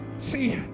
See